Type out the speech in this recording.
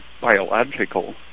biological